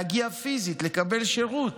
להגיע פיזית לקבל שירות.